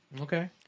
Okay